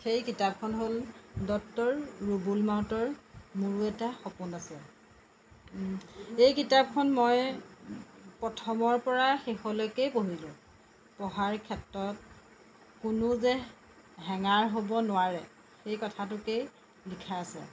সেই কিতাপখন হ'ল ডক্টৰ ৰুবুল মাউটৰ মোৰো এটা সপোন আছে এই কিতাপখন মই প্ৰথমৰ পৰা শেষলৈকেই পঢ়িলো পঢ়াৰ ক্ষেত্ৰত কোনো যে হেঙাৰ হ'ব নোৱাৰে সেই কথাটোকেই লিখা আছে